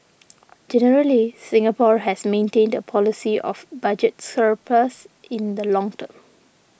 generally Singapore has maintained a policy of budget surplus in the long term